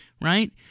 right